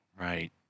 Right